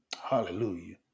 Hallelujah